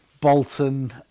Bolton